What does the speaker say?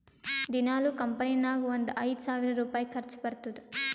ದಿನಾಲೂ ಕಂಪನಿ ನಾಗ್ ಒಂದ್ ಐಯ್ದ ಸಾವಿರ್ ರುಪಾಯಿ ಖರ್ಚಾ ಬರ್ತುದ್